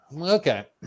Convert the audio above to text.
okay